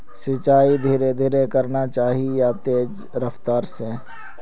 सिंचाई धीरे धीरे करना चही या तेज रफ्तार से?